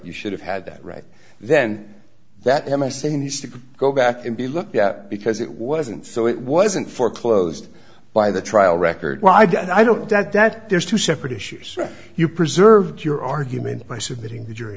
you should have had that right then that m s a needs to go back and be looked at because it wasn't so it wasn't for closed by the trial record well i don't i don't doubt that there's two separate issues you preserved your argument by submitting